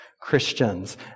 Christians